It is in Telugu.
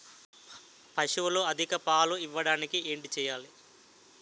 పశువులు అధిక పాలు ఇవ్వడానికి ఏంటి చేయాలి